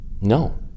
No